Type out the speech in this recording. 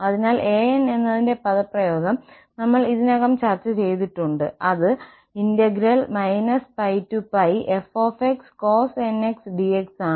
അതിനാൽ an എന്നതിന്റെ പദപ്രയോഗം നമ്മൾ ഇതിനകം ചർച്ച ചെയ്തിട്ടുണ്ട്അത് πf cos nx dx ആണ്